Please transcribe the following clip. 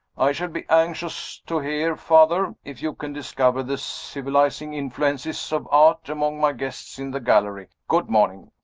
i shall be anxious to hear, father, if you can discover the civilizing influences of art among my guests in the gallery. good-morning.